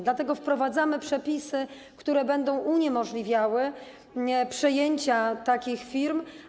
Dlatego wprowadzamy przepisy, które będą uniemożliwiały przejęcia takich firm.